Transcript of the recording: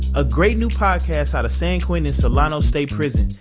a great new podcast out of san quentin solano state prison,